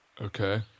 Okay